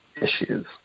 issues